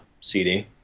CD